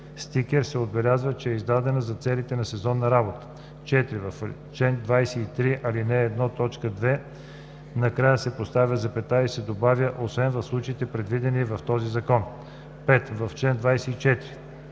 стикер се отбелязва, че е издаден за целите на сезонна работа. 4. В ал. 23, ал. 1, т. 2 накрая се поставя запетая и се добавя „освен в случаите, предвидени в този закон.“ 5. В чл. 24: